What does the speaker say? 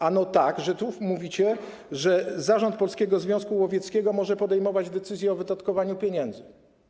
Ano to, że tu mówicie, że zarząd Polskiego Związku Łowieckiego może podejmować decyzje o wydatkowaniu pieniędzy.